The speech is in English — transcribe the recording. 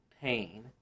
pain